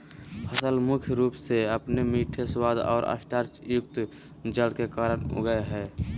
फसल मुख्य रूप से अपने मीठे स्वाद और स्टार्चयुक्त जड़ के कारन उगैय हइ